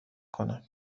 کنم